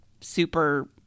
super